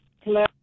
Hello